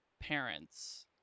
parents